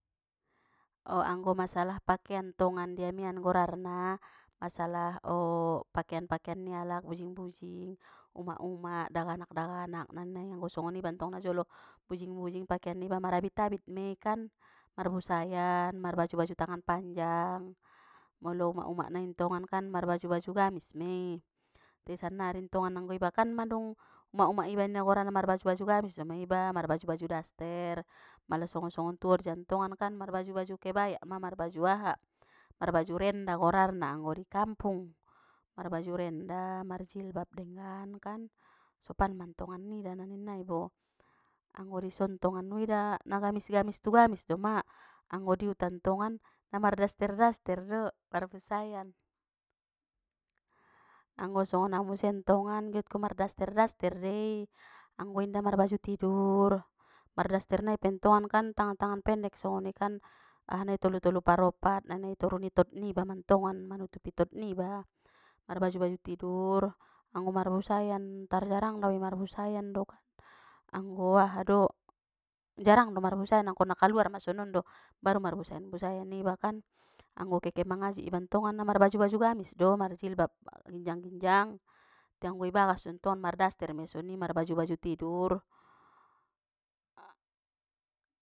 Anggo masalah pakean tongan di amian golarna, masalah pakean pakean ni alak bujing bujing, umak umak, daganak daganak na ninnai anggo songon iba tong najolo, bujing bujing pakean niba marabit abit mei kan, mar busayan marbaju baju tangan panjang, molo umak umak nai tongan kan mar baju baju gamis mei, te sannari anggo iba kan mandung umak umak iba inda golarna marbaju baju gamis doma iba marbaju baju daster, mala songon songon tu orja tongan, marbaju baju kebaya ma marbaju aha, marbaju renda golarna na anggo di kampung, marbaju renda, marjilbab denggan kan, sopan mantongan nida na ninna bo, anggo dison tongan uida, nagamis gamis tu gamis doma, anggo di uta tongan, namar daster daster do mar busayan. Anggo songon au museng tongan giotku mardaster daster dei, anggo inda marbaju tidur, mardaster nai pentongankan martangan tangan pendek songoni kan, ahanai tolu tolu paropat na ningia i toru ni tot niba mantongan manutupi tot niba, marbaju baju tidur, anggo marbusayan tar jarang daui mar busayan do kan, anggo aha do, jarang dau marbusayan angkon na kaluarma sonondo baru mar busayan busayan ibakan, anggo ke ke mangaji iban tongan na mar baju baju gamis do, marjilbab ginjan ginjang, te anggo ibagas dontongan mardaster mi songoni marbaju baju tidur.